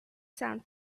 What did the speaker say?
sound